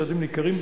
צעדים ניכרים,